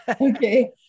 Okay